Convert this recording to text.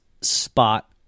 spot